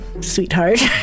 sweetheart